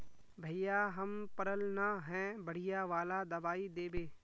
भैया हम पढ़ल न है बढ़िया वाला दबाइ देबे?